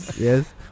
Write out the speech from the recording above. yes